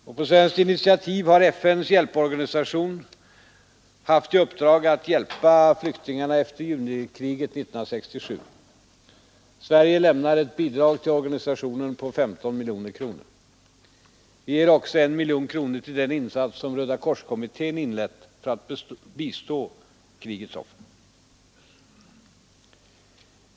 Och på svenskt initiativ har FN:s hjälporganisation haft i uppdrag att hjälpa flyktingarna efter junikriget 1967 — Sverige lämnar ett bidrag till organisationen på 15 miljoner kronor. Vi ger också en miljon kronor till den insats som Rödakorskommittén inlett för att bistå krigets offer.